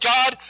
God